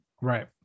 right